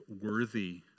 worthy